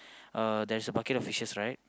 uh there's a bucket of fishes right